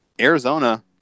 Arizona